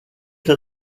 that